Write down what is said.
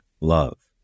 love